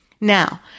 Now